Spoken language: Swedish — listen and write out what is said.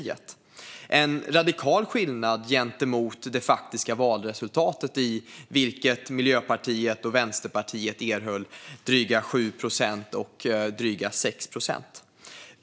Det var en radikal skillnad gentemot det faktiska valresultatet, i vilket Miljöpartiet och Vänsterpartiet erhöll drygt 7 respektive drygt 6 procent.